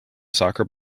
soccer